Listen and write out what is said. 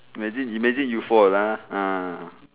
imagine imagine you fall lah ah